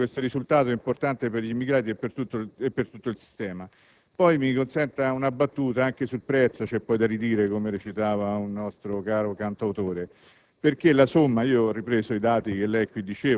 impiegare troppo tempo per raggiungere questo risultato importante per gli immigrati e per tutto il sistema. Mi sia consentita una battuta: "anche sul prezzo c'è poi da ridire", come recitava un nostro caro cantautore.